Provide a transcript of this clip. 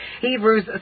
Hebrews